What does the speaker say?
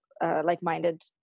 like-minded